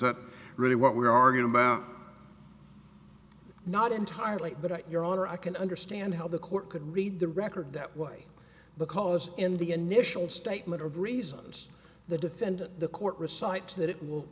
that really what we're arguing about not entirely but your honor i can understand how the court could read the record that way because in the initial statement of reasons the defendant the court recites that it will